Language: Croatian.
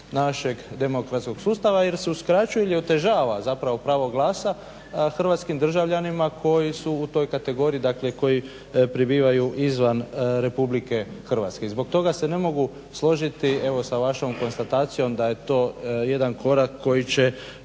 našeg demokratskog sustava jer se uskraćuje ili otežava zapravo pravo glasa hrvatskim državljanima koji su u toj kategoriji, dakle koji prebivaju izvan Republike Hrvatske. I zbog toga se ne mogu složiti sa vašom konstatacijom da je to jedan korak koji će